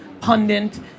pundit